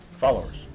followers